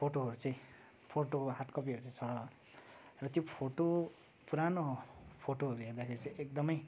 फोटोहरू चाहिँ photo hard कपीहरू चाहिँ छ र त्यो फोटो पुरानो फोटोहरू हेर्दाखेरि चाहिँ एकदमै